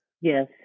Yes